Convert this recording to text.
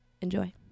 Enjoy